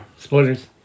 Spoilers